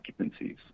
occupancies